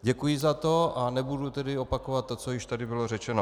Děkuji za to, a nebudu tedy opakovat to, co již tady bylo řečeno.